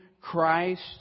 Christ